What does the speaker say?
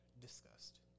discussed